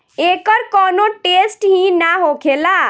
एकर कौनो टेसट ही ना होखेला